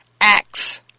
Acts